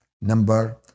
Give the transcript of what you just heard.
number